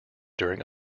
during